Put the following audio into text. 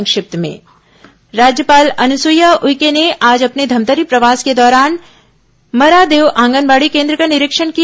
संक्षिप्त समाचार राज्यपाल अनुसुइया उइके ने आज अपने धमतरी प्रवास के दौरान मरादेव आंगनबाड़ी केंद्र का निरीक्षण किया